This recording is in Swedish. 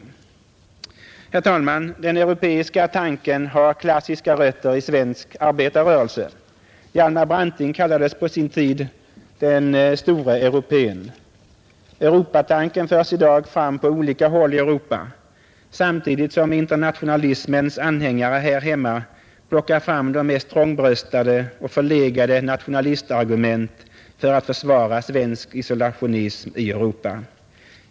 Herr talman! Den europeiska tanken har klassiska rötter i svensk arbetarrörelse. Hjalmar Branting kallades på sin tid ”den store europén”. Europatanken förs i dag fram på olika håll i Europa, samtidigt som internationalismens anhängare här hemma plockar fram de mest trångbröstade och förlegade nationalargument för att försvara svensk isolationism i Europa.